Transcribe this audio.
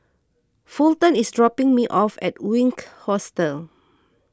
Fulton is dropping me off at Wink Hostel